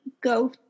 go